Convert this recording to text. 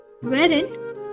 wherein